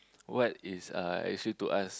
what is uh actually to us